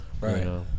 Right